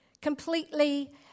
Completely